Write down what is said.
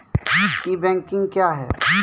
ई banking क्या हैं?